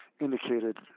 indicated—